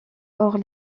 hors